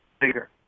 bigger